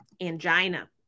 Angina